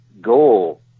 goal